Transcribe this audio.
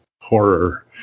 horror